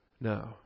No